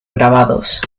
grabados